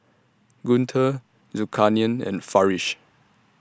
Guntur Zulkarnain and Farish